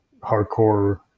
hardcore